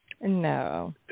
No